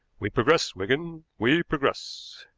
we progress, wigan we progress.